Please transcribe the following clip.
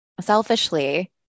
selfishly